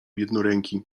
jednoręki